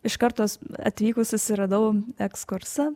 iš kartos atvykus susiradau ekskursą